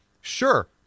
Sure